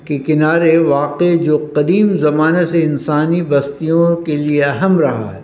کہ کنارے واقع جو قدیم زمانے سے انسانی بستیوں کے لیے اہم رہا ہے